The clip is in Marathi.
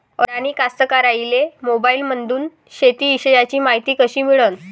अडानी कास्तकाराइले मोबाईलमंदून शेती इषयीची मायती कशी मिळन?